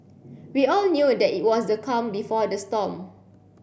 we all knew that it was the calm before the storm